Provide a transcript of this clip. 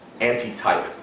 anti-type